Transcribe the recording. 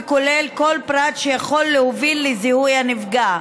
וכולל כל פרט שיכול להוביל לזיהוי הנפגע,